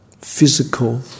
physical